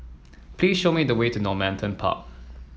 please show me the way to Normanton Park